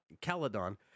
Caledon